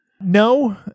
No